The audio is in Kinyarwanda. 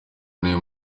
niwe